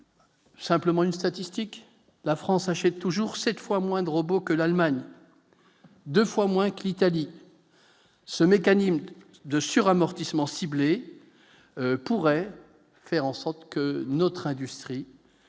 simplement une statistique, la France achète toujours cette fois moins de robots que l'Allemagne 2 fois moins que l'Italie ce mécanisme de suivre amortissement ciblés pourraient faire en sorte que notre industrie